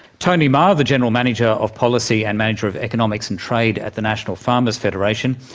tony mahar, the general manager of policy and manager of economics and trade at the national farmers' federation,